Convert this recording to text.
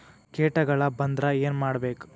ಕೇಟಗಳ ಬಂದ್ರ ಏನ್ ಮಾಡ್ಬೇಕ್?